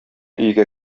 өйгә